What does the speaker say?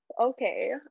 Okay